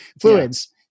fluids